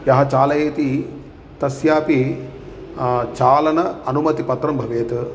या चालयति तस्यापि चालनम् अनुमतिपत्रं भवेत्